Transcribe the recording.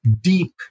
deep